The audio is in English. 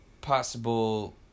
possible